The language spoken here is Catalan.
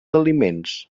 aliments